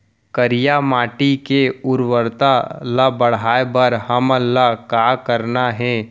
करिया माटी के उर्वरता ला बढ़ाए बर हमन ला का करना हे?